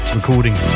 recording